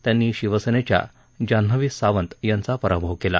त्यांनी शिवसेनेच्या जान्हवी सावंत यांचा पराभव केला